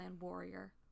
warrior